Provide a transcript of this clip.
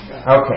Okay